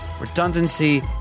redundancy